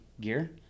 gear